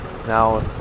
now